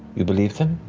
you believe them?